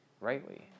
rightly